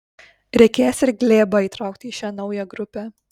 reikės ir glėbą įtraukti į šią naują grupę